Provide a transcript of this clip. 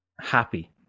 happy